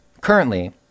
currently